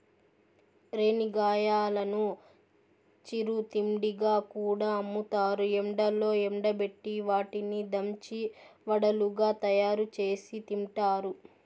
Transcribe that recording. రేణిగాయాలను చిరు తిండిగా కూడా అమ్ముతారు, ఎండలో ఎండబెట్టి వాటిని దంచి వడలుగా తయారుచేసి తింటారు